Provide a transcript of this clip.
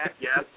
Yes